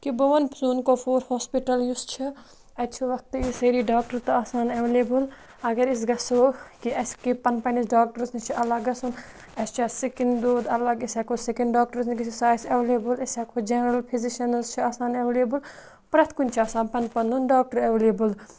کہِ بہٕ وَنہٕ سون کۄپور ہاسپِٹَل یُس چھِ اَتہِ چھِ وقتہٕ وِزِ سٲری ڈاکٹر تہٕ آسان اٮ۪وٮ۪لیبٕل اگر أسۍ گَژھو کہِ اَسہِ کہِ پَنٕنۍ پَنٛنِس ڈاکٹرَس نِش چھُ اَلَگ گژھُن اَسہِ چھےٚ سِکِن دود اَلَگ أسۍ ہٮ۪کو سِکِن ڈاکٹرَس نِش سُہ آسہِ اٮ۪وٮ۪لیبٕل أسۍ ہٮ۪کو جَنٛرَل فِزِشَنٕز چھِ آسان اٮ۪وٮ۪لیبٕل پرٛٮ۪تھ کُنہِ چھِ آسان پَنُن پَنُن ڈاکٹر اٮ۪وٮ۪لیبٕل